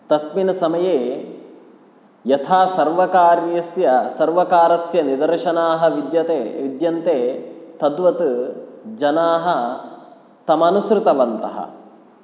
तस्मिन् समये यथा सर्वकार्यस्य सर्वकारस्य निदर्शनाः विद्यते विद्यन्ते तद्वत् जनाः तमनुसृतवन्तः